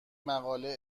مقاله